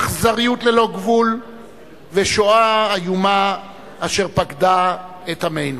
אכזריות ללא גבול ושואה איומה אשר פקדה את עמנו.